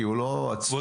כי הוא לא עצמאי,